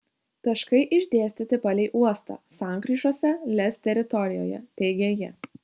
taškai išdėstyti palei uostą sankryžose lez teritorijoje teigė ji